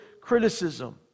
criticism